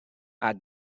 our